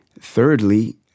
thirdly